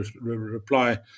reply